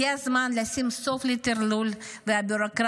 הגיע הזמן לשים סוף לטרלול הביורוקרטי.